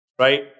right